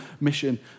mission